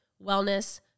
wellness